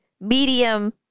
Medium-